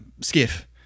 skiff